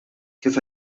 kif